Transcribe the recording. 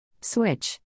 Switch